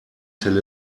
till